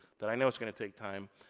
that i know it's gonna take time.